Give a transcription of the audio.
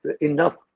enough